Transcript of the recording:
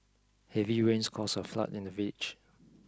heavy rains caused a flood in the village